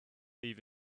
leave